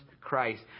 Christ